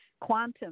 quantum